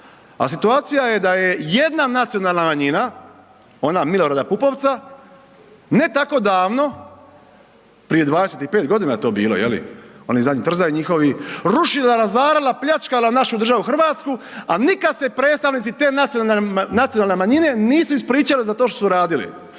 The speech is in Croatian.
a situacija je da je jedna nacionalna manjina, ona M. Pupovca, ne tako davno, prije 25 g. je to bilo, je li, oni zadnji trzaji njihovi, rušila, razarala, pljačkala našu državu Hrvatsku a nikad se predstavnici te nacionalne manjine nisu ispričali za to što su uradili.